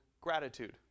gratitude